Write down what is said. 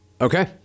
Okay